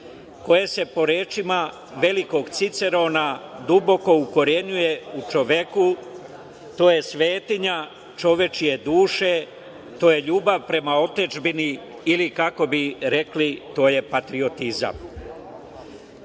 koje se po rečima velikog Cicerona duboko ukorenjuje u čoveku. To je svetinja čovečije duše, to je ljubav prema otadžbini ili kako bi rekli, to je patriotizam. To